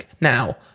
Now